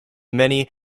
many